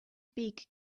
beak